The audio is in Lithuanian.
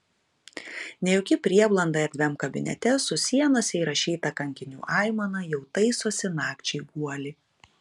nejauki prieblanda erdviam kabinete su sienose įrašyta kankinių aimana jau taisosi nakčiai guolį